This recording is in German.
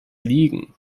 liegen